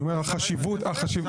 אני אומר, החשיבות, החשיבות.